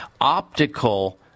optical